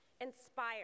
inspire